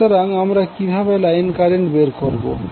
সুতরাং আমরা কিভাবে লাইন কারেন্ট বের করবো